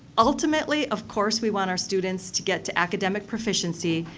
ultimately of course we want our students to get to academic proficiency,